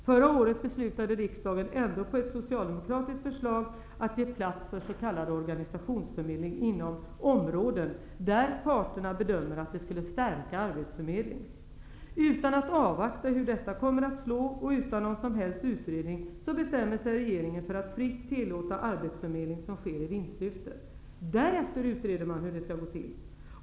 Förra året beslutade riksdagen ändå på grundval av ett socialdemokratiskt förslag att ge plats för s.k. organisationsförmedling inom områden där parterna bedömer att det skulle stärka arbetsförmedlingen. Utan att avvakta hur detta kommer att slå och utan någon som helst utredning bestämmer sig regeringen för att fritt tillåta arbetsförmedling som sker i vinstsyfte. Därefter utreder man hur detta skall gå till.